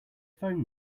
phone